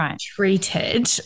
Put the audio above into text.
treated